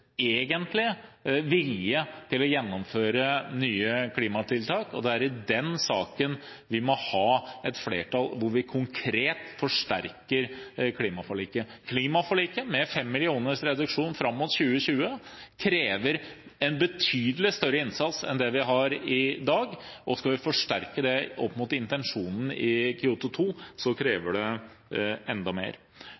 egentlige vilje til å gjennomføre nye klimatiltak. Det er i denne saken vi må ha et flertall hvor vi konkret forsterker klimaforliket. Klimaforliket, med 5 millioner tonns reduksjon fram mot 2020, krever en betydelig større innsats enn i dag. Skal vi forsterke dette i henhold til intensjonen i